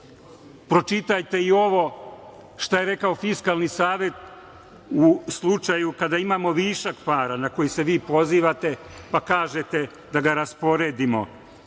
pročitajte i ovo šta je rekao Fiskalni savet u slučaju kada imamo višak para na koji se vi pozivate pa kažete da ga rasporedimo.